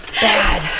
Bad